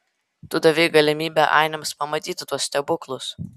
tu davei galimybę ainiams pamatyti tuos stebuklus